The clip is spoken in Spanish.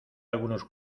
algunos